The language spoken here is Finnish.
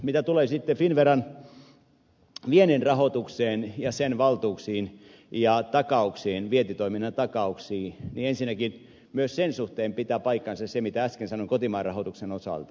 mitä tulee sitten finnveran viennin rahoitukseen ja sen valtuuksiin ja vientitoiminnan takauksiin niin ensinnäkin myös sen suhteen pitää paikkansa se mitä äsken sanoin kotimaan rahoituksen osalta